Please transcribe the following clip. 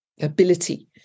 ability